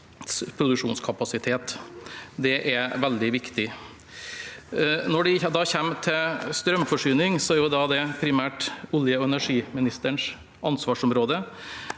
produksjonskapasitet. Det er veldig viktig. Når det gjelder strømforsyning, er det primært oljeog energiministerens ansvarsområde.